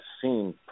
seen